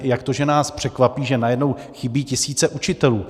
Jak to, že nás překvapí, že najednou chybí tisíce učitelů?